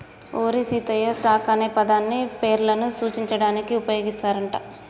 ఓరి సీతయ్య, స్టాక్ అనే పదాన్ని పేర్లను సూచించడానికి ఉపయోగిస్తారు అంట